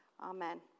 Amen